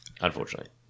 unfortunately